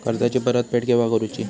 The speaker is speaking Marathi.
कर्जाची परत फेड केव्हा करुची?